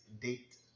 date